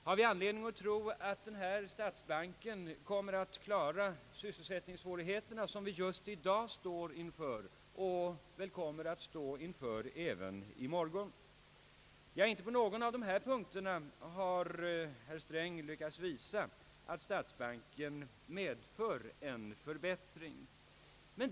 Har vi anledning tro att statsbanken kommer att klara de sysselsättningssvårigheter, som vi just i dag står inför och kommer att stå inför även i morgon? Inte på någon av dessa punkter har herr Sträng lyckats visa att statsbanken medför en förbättring.